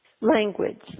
Language